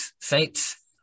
saints